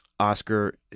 Oscar